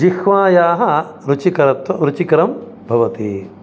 जिह्वायाः रुचिकरत्व रुचिकरं भवति